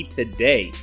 today